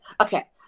okay